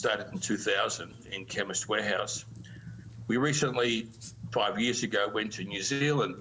התחלנו בשנת 2000. לפני חמש שנים התרחבו לניו זילנד,